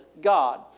God